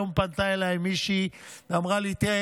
היום פנתה אליי מישהי ואמרה לי: תראה,